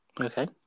okay